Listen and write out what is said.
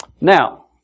now